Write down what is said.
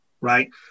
right